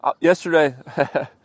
Yesterday